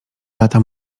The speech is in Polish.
lata